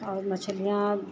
और मछलियाँ